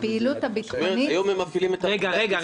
היא אומר שהיום הם מפעילים את --- רגע,